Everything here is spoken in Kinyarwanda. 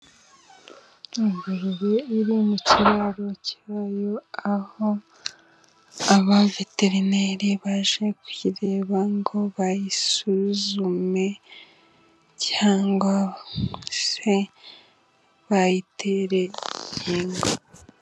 Ingurube iri mu kiraro cyayo, aho aba veterineri baje kuyireba ngo bayisuzume cyangwa se bayitere inkingo.